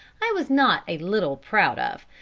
i was not a little proud of,